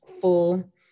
full